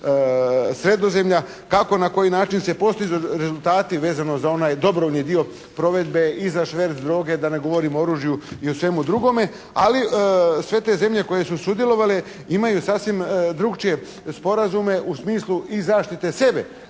Sredozemlja. Kako i na koji način se postižu rezultati vezano za onaj dobrovoljni dio provedbe i za šverc droge, da ne govorim o oružju i o svemu drugome. Ali sve te zemlje koje su sudjelovale imaju sasvim drukčije sporazume u smislu i zaštite sebe